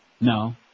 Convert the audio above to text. No